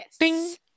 Yes